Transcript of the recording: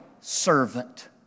servant